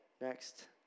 Next